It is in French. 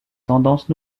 tendances